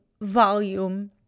volume